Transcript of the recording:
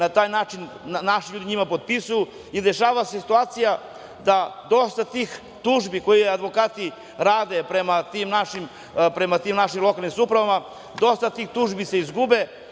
na taj način naši ljudi njima potpisuju i dešava se situacija da dosta tih tužbi koje advokati rade prema tim našim lokalnim samoupravama, se izgubi,